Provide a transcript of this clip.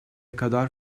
kadar